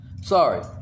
Sorry